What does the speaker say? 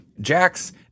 Jax